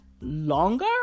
longer